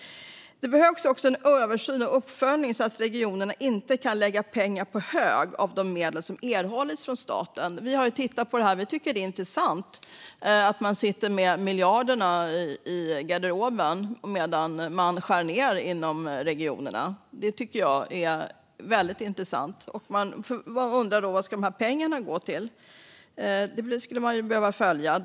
Det behövs också en översyn och en uppföljning, så att regionerna inte kan lägga pengar på hög av de medel som erhållits från staten. Vi har tittat på detta och tycker att det är intressant att man sitter med miljarderna i garderoben medan man skär ned inom regionerna. Det tycker jag är väldigt intressant, och man undrar då vart pengarna ska gå. Det skulle man behöva följa upp.